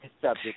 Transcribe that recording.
subject